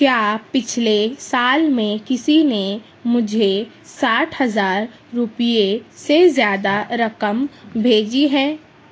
کیا پچھلے سال میں کسی نے مجھے ساٹھ ہزار روپئے سے زیادہ رقم بھیجی ہے